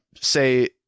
say